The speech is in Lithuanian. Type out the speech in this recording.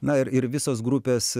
na ir visos grupės